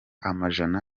amajana